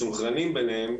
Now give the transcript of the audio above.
מסונכרנים ביניהם,